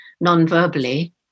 non-verbally